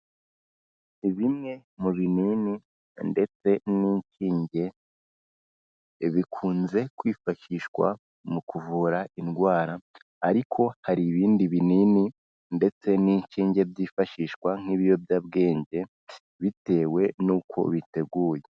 Bimwe mu binini ndetse n'inshinge bikunze kwifashishwa mu kuvura indwara, ariko hari ibindi binini ndetse n'inshinge byifashishwa nk'ibiyobyabwenge bitewe n'uko biteguye.